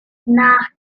nac